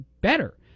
better